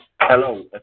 Hello